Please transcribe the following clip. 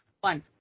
One